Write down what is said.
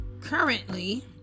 currently